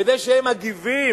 וזה שהם מגיבים